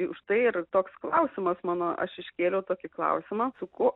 užtai ir toks klausimas mano aš iškėliau tokį klausimą suku